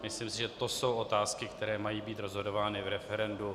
Myslím si, že to jsou otázky, které mají být rozhodovány v referendu.